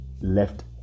left